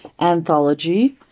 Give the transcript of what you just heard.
anthology